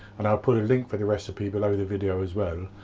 and i'll put a link for the recipe below the video as well,